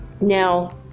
Now